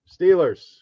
Steelers